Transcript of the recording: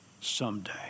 someday